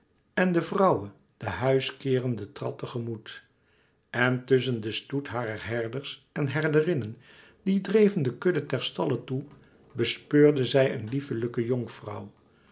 en de vrouwe de huis keerenden trad te gemoet en tusschen den stoet harer herders en herderinnen die dreven de kudden ter stalle toe bespeurde zij een lieflijke jonkvrouw